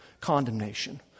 condemnation